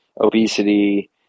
obesity